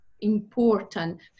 important